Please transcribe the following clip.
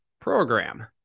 program